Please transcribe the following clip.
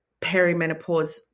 perimenopause